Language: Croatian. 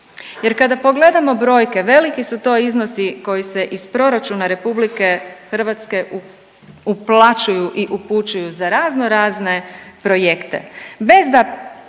jer kada pogledamo brojke veliki su to iznosi koji se iz proračuna RH uplaćuju i upućuju za raznorazne projekte,